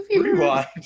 Rewind